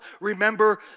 remember